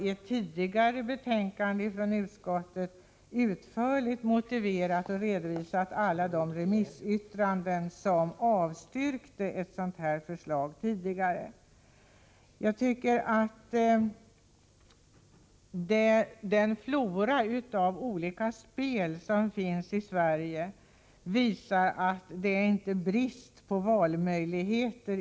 I ett tidigare utskottsbetänkande har vi utförligt redovisat alla remissyttranden i vilka förslag om spelkasinon avstyrkts. Jag tycker att den flora av olika spel som finns i Sverige visar att det inte är brist på valmöjligheter.